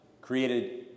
created